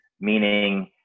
meaning